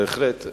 בהחלט.